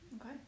Okay